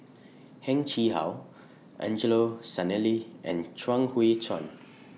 Heng Chee How Angelo Sanelli and Chuang Hui Tsuan